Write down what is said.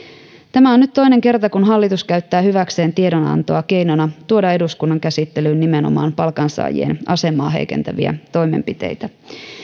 tämä on nyt toinen kerta kun hallitus käyttää hyväkseen tiedonantoa keinona tuoda eduskunnan käsittelyyn nimenomaan palkansaajien asemaa heikentäviä toimenpiteitä